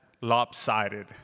lopsided